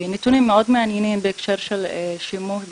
נתונים מאוד מעניינים בהקשר של שימוש.